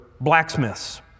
blacksmiths